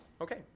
Okay